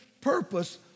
purpose